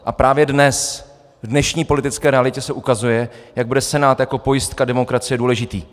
A právě dnes, v dnešní politické realitě, se ukazuje, jak bude Senát jako pojistka demokracie důležitý.